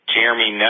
Jeremy